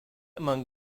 among